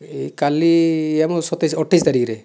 ଏ କାଲି ଆମ ସତେଇଶ ଅଠେଇଶ ତାରିଖରେ